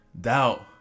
Doubt